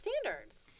standards